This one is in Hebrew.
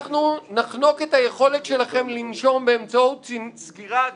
אנחנו נחנוק את היכולת שלכם לנשום באמצעות סגירת